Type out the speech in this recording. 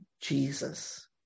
Jesus